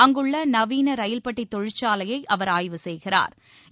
அங்குள்ள நவீன ரயில்பெட்டி தொழிற்சாலையை அவா் ஆய்வு செயகிறாா்